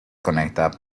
conectada